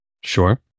Sure